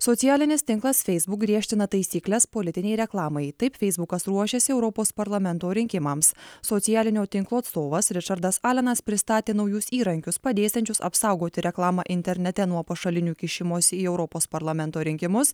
socialinis tinklas feisbuk griežtina taisykles politinei reklamai taip feisbukas ruošiasi europos parlamento rinkimams socialinio tinklo atstovas ričardas alenas pristatė naujus įrankius padėsiančius apsaugoti reklamą internete nuo pašalinių kišimosi į europos parlamento rinkimus